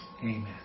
Amen